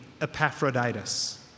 Epaphroditus